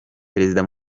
perezida